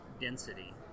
density